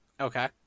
Okay